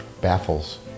Baffles